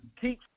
Keep